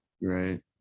right